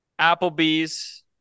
Applebee's